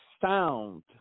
sound